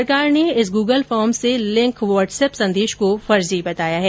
सरकार ने इस गूगल फहर्म से लिंक व्हाट्स एप संदेश को फर्जी बताया है